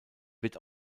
wird